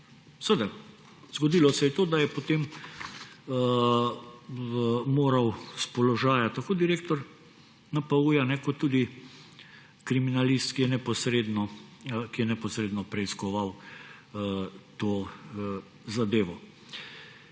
Zgodilo se je to, da je potem moral s položaja tako direktor NPU kot tudi kriminalist, ki je neposredno preiskoval to zadevo.